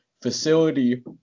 facility